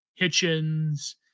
Hitchens